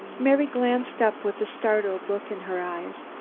mary glanced up with a startled look in her eyes.